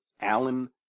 Alan